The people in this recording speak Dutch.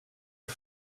een